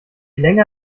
länger